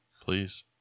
please